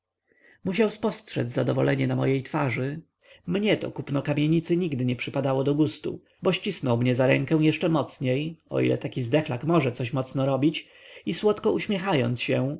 musiał spostrzedz zadowolenie na mojej twarzy mnie to kupno kamienicy nigdy nie przypadało do gustu bo ścisnął mnie za rękę jeszcze mocniej o ile taki zdechlak może coś mocno robić i słodko uśmiechając się